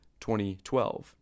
2012